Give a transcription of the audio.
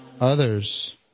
others